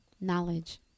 Knowledge